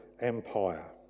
Empire